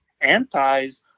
antis